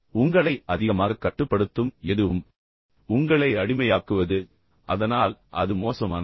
எனவே உங்களை அதிகமாகக் கட்டுப்படுத்தும் எதுவும் உங்களை அடிமையாக்குவது அதனால் அது மோசமானது